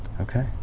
Okay